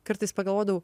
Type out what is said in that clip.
kartais pagalvodavau